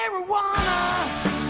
Marijuana